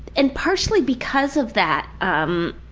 and partially because of that um